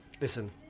Listen